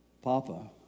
Papa